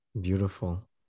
Beautiful